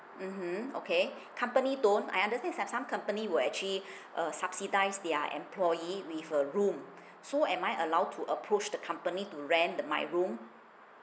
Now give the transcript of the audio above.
mmhmm okay company don't I understand so~ some company would actually uh subsidise their employee with a room so am I allowed to approach the company to rent the my room